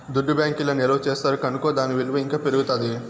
దుడ్డు బ్యాంకీల్ల నిల్వ చేస్తారు కనుకో దాని ఇలువ ఇంకా పెరుగుతాది